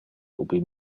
ubi